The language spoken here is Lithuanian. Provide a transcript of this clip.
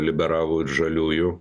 liberalų ir žaliųjų